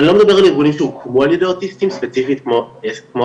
אני לא מדבר על ארגונים שהוקמו על ידי אוטיסטים ספציפית כמו אס"י,